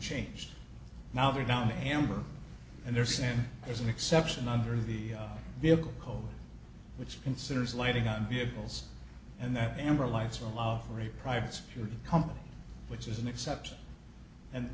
changed now we're down to amber and they're saying there's an exception under the vehicle code which considers lighting on vehicles and that amber lights were allowed for a private security company which is an exception and